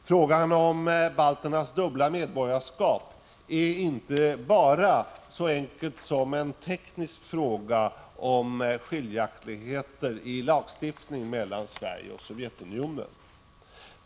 Frågan om balternas dubbla medborgarskap är inte bara så enkel som en teknisk fråga om skiljaktigheter i lagstiftning mellan Sverige och Sovjetunionen.